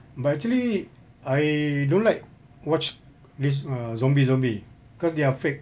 but actually I don't like watch this err zombie zombie cause they are fake